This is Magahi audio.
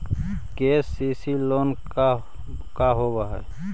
के.सी.सी लोन का होब हइ?